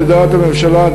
לדעת הממשלה,